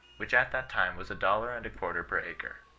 which at that time was a dollar and a quarts per acre.